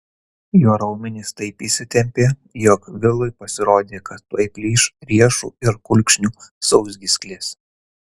jo raumenys taip įsitempė jog vilui pasirodė kad tuoj plyš riešų ir kulkšnių sausgyslės